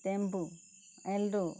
tempo এল্ডু